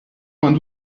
vingt